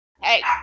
Hey